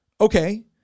okay